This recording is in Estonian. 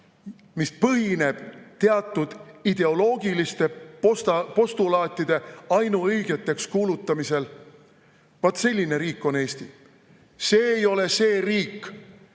mis lähtub teatud ideoloogiliste postulaatide ainuõigeteks kuulutamisest. Vat selline riik on Eesti. See ei ole see riik,